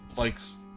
Likes